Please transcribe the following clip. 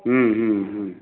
हुँ हुँ हुँ